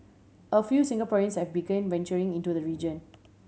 a few Singaporeans have begun venturing into the region